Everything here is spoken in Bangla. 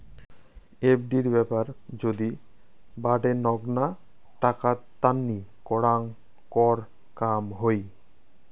এফ.ডি ব্যাপার যদি বাডেনগ্না টাকা তান্নি করাং কর কম হই